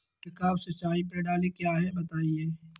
छिड़काव सिंचाई प्रणाली क्या है बताएँ?